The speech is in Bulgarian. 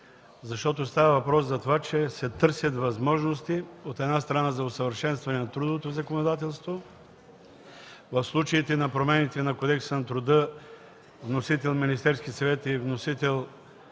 защото става въпрос за това, че се търсят възможности, от една страна, за усъвършенстване на трудовото законодателство. В случаите на промените на Кодекса на труда с вносител Министерския съвет и вносители